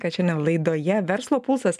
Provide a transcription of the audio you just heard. kad šiandien laidoje verslo pulsas